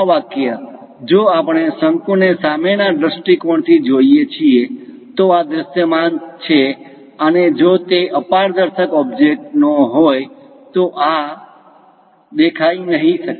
આ વાક્ય જો આપણે શંકુ ને સામેના દૃષ્ટિકોણથી જોઈએ છીએ તો આ દૃશ્યમાન છે અને જો તે અપારદર્શક ઓબ્જેક્ટ નો હોય તો આ દેખાઈ નહીં શકે